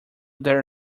their